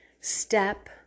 step